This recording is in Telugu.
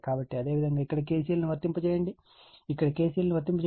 కాబట్టి అదేవిధంగా ఇక్కడ KCL ను వర్తింపచేయండి ఇక్కడ KCL ను వర్తింపచేయండి